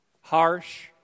harsh